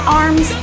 arms